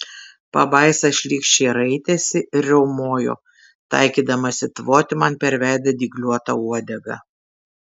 pabaisa šlykščiai raitėsi ir riaumojo taikydamasi tvoti man per veidą dygliuota uodega